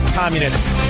communists